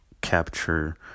capture